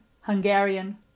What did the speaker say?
Hungarian